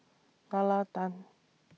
Nalla Tan